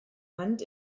hand